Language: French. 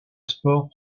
sport